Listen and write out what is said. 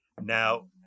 Now